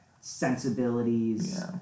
sensibilities